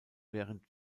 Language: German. während